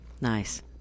Nice